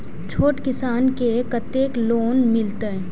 छोट किसान के कतेक लोन मिलते?